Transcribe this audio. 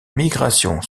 migration